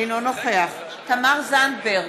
אינו נוכח תמר זנדברג,